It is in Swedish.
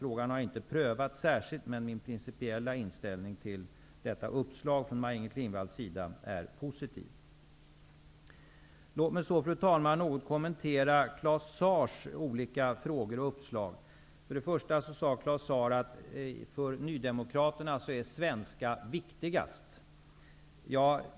Frågan har inte prövats särskilt, men min principiella inställning till detta uppslag från Maj-Inger Klingvall är positiv. Låt mig så, fru talman, kommentera Claus Zaars olika frågor och uppslag. Claus Zaar sade att för Nydemokraterna är svenska viktigast.